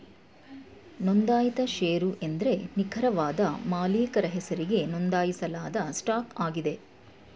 ನೊಂದಾಯಿತ ಶೇರು ಎಂದ್ರೆ ನಿಖರವಾದ ಮಾಲೀಕರ ಹೆಸರಿಗೆ ನೊಂದಾಯಿಸಲಾದ ಸ್ಟಾಕ್ ಆಗಿದೆ